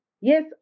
yes